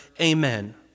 Amen